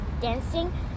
dancing